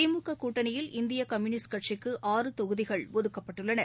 திமுக கூட்டணியில் இந்திய கம்யூனிஸ்ட் கட்சிக்கு ஆறு தொகுதிகள் ஒதுக்கப்பட்டுள்ளன